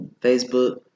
Facebook